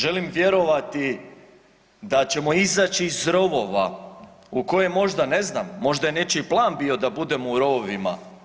Želim vjerovati da ćemo izaći iz rovova u koje možda ne znam možda je nečiji plan bio da budemo u rovovima.